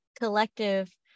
collective